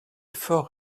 fort